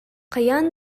хайаан